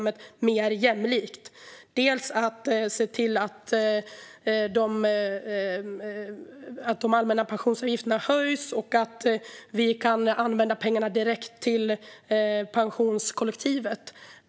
Det handlar till exempel om att se till att de allmänna pensionsavgifterna höjs och att vi kan använda pengarna direkt till pensionskollektivet.